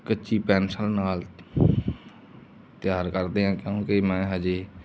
ਕੱਚੀ ਪੈਨਸਲ ਨਾਲ ਤਿਆਰ ਕਰਦੇ ਹਾਂ ਕਿਉਂਕਿ ਮੈਂ ਹਜੇ